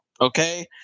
Okay